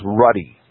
ruddy